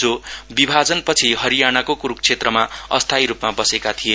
जो विभाजन पछि हरियाणाको कुरुक्षेत्रमा अस्थायीरुपमा बसेका थिए